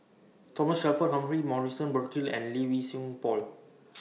Thomas Shelford Humphrey Morrison Burkill and Lee Wei Song Paul